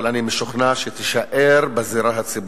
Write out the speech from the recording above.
אבל אני משוכנע שתישאר בזירה הציבורית.